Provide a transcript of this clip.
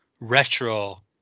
retro